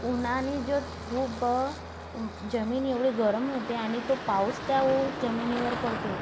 उन्हाने जो धूब्बं जमीन एवढी गरम होते आणि तो पाऊस त्या जमिनीवर पडतो